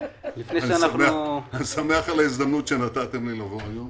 אני שמח על ההזדמנות שנתתם לי לבוא היום.